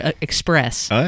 Express